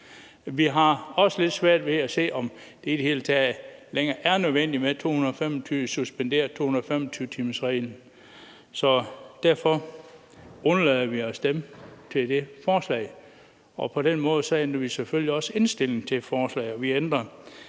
Vi har også lidt svært ved at se, at det i det hele taget længere er nødvendigt at suspendere 225-timersreglen, så derfor undlader vi at stemme til forslaget. På den måde ændrer vi selvfølgelig indstilling til forslaget, og vi har